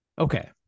Okay